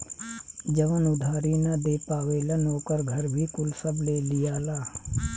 जवन उधारी ना दे पावेलन ओकर घर भी कुल सब ले लियाला